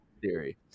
theory